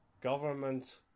government